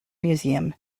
museum